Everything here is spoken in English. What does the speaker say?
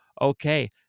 Okay